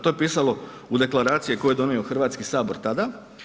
To je pisalo u deklaraciji koju je donio Hrvatski Sabor tada.